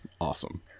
awesome